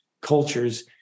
cultures